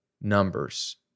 numbers